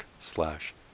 slash